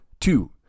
Two